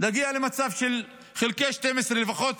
להגיע למצב של אחד חלקי 12, לפחות